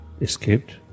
escaped